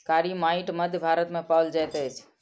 कारी माइट मध्य भारत मे पाओल जाइत अछि